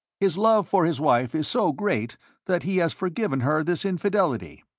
his love for his wife is so great that he has forgiven her this infidelity.